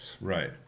Right